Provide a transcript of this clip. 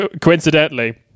coincidentally